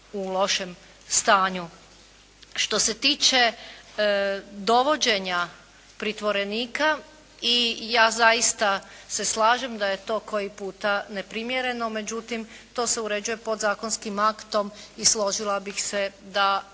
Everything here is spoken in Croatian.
u lošem stanju. Što se tiče dovođenja pritvorenika i ja zaista se slažem da je to koji puta neprimjereno. Međutim, to se uređuje podzakonskim aktom. I složila bih se da